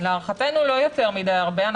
להערכתנו לא יותר מדי הרבה.